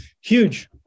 huge